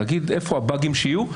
אלא בשביל להגיד איפה ה"באגים" שיהיו.